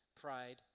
Pride